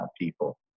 people